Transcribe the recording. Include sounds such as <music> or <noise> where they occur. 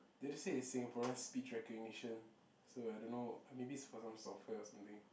they just say it's Singaporean speech recognition <breath> so I don't know maybe it's for some software or something